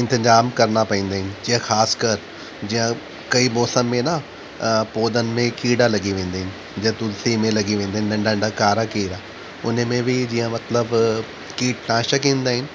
इंतजाम करिणा पवंदा आहिनि जीअं ख़ासि करे जीअं कई मौसम में न पौधनि में कीड़ा लॻी वेंदा आहिनि जीअं तुलसी में लॻी वेंदा आहिनि नंढा नंढा कारा कीड़ा हुन में बि जीअं मतिलबु कीटनाशक ईंदा आहिनि